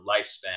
lifespan